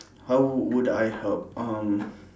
how would I help um